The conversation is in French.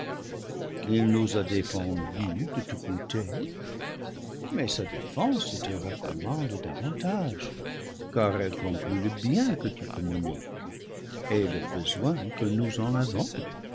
il nous a dé fendu de te goûter mais sa défense te recommande davantage car elle conclut le bien que tu communiques et le besoin que nous en avons